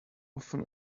often